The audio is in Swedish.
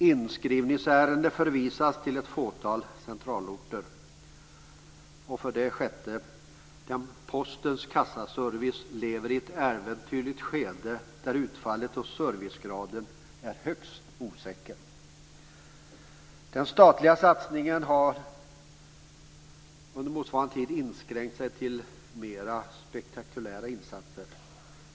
Inskrivningsärenden förvisas till ett fåtal centralorter. Postens kassaservice lever i ett äventyrligt skede där utfallet och servicegraden är högst osäker. Den statliga satsningen har under motsvarande tid inskränkt sig till mer spektakulära insatser.